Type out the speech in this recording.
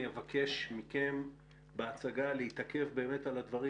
אבקש מכם בהצגה להתעכב באמת על הדברים,